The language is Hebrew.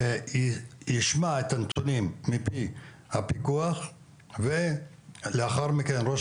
ישמע את הנתונים מהפיקוח ולאחר מכן ראש